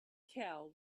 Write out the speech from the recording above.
cow